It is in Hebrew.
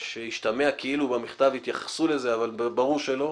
השתמע במכתב כאילו התייחסו לזה אבל ברור שלא.